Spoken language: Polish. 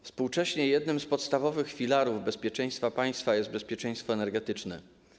Współcześnie jednym z podstawowych filarów bezpieczeństwa państwa jest bezpieczeństwo energetyczne.